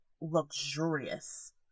luxurious